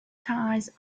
tides